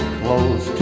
close